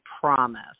promise